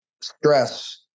stress